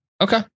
Okay